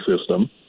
system